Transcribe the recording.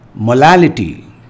Molality